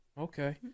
okay